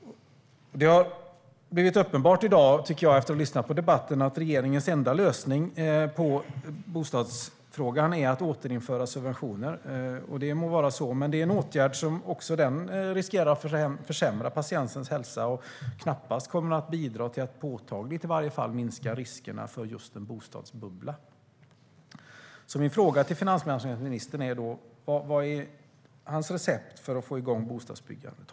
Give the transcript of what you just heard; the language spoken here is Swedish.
Efter att ha lyssnat på debatten i dag har det blivit uppenbart att regeringens enda lösning på bostadsfrågan är att återinföra subventioner. Det må vara på det sättet. Men det är en åtgärd som också riskerar att försämra patientens hälsa. Och den kommer knappast att minska riskerna för just en bostadsbubbla, i alla fall inte påtagligt. Vad är finansmarknadsministerns recept för att få igång bostadsbyggandet?